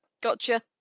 Gotcha